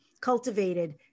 cultivated